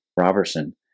Roberson